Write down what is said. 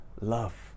love